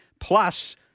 Plus